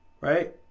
Right